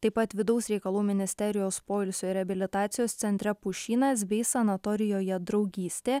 taip pat vidaus reikalų ministerijos poilsio reabilitacijos centre pušynas bei sanatorijoje draugystė